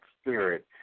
spirit